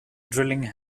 drilling